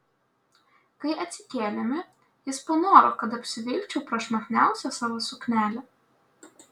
kai atsikėlėme jis panoro kad apsivilkčiau prašmatniausią savo suknelę